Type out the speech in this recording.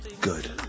Good